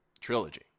trilogy